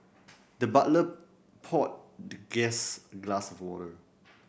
the butler poured the guest a glass of water